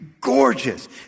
Gorgeous